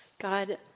God